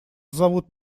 зовут